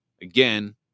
Again